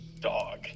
dog